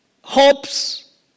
hopes